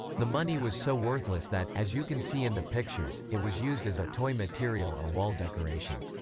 the money was so worthless that, as you can see in the pictures, it was used as a toy material or wall decoration.